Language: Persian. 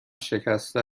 شکسته